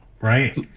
right